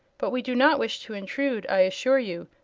but we do not wish to intrude, i assure you,